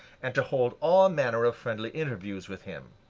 and to hold all manner of friendly interviews with him.